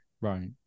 Right